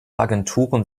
agenturen